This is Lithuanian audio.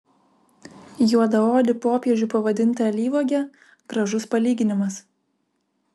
juodaodį popiežių pavadinti alyvuoge gražus palyginimas